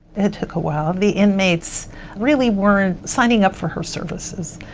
it took a while. the inmates really weren't signing up for her services.